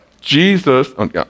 Jesus